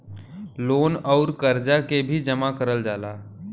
loan अउर करजा के भी जमा करल जाला